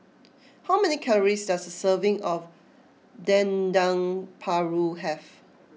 how many calories does a serving of Dendeng Paru have